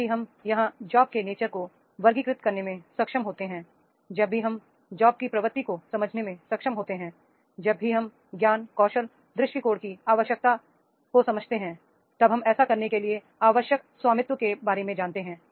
जब भी हम यहां जॉब्स के नेचर को वर्गीकृत करने में सक्षम होते हैं जब भी हम जॉब की प्रवृत्ति को समझने में सक्षम होते हैं जब भी हम जानते हैं कि ज्ञान कौशल और दृष्टिकोण की आवश्यकता को समझते हैं तब हम ऐसा करने के लिए आवश्यक स्वामित्व के बारे में जानते हैं